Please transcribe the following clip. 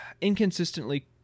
inconsistently